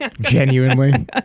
Genuinely